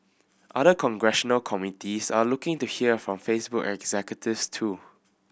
other congressional committees are looking to hear from Facebook executives too